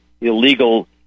illegal